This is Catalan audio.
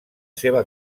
seva